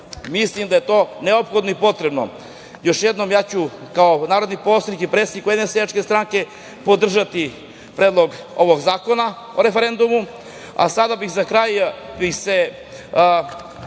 mislim da je to neophodno i potrebno. Još jednom, ja ću kao narodni poslanik i predsednik Ujedinjene seljačke stranke podržati Predlog zakona o referendumu. Sada bih za kraj samo